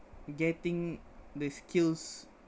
getting the skills